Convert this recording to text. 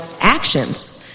actions